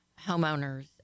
homeowners